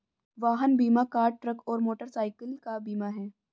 वाहन बीमा car, truck और मोटरसाइकिल का बीमा है